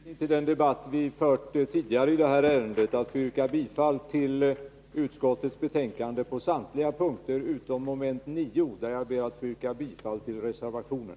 Fru talman! Jag ber med hänvisning till den debatt som vi fört tidigare i det här ärendet att få yrka bifall till utskottets hemställan på samtliga punkter utom mom. 9, där jag yrkar bifall till reservationen.